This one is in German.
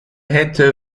hätte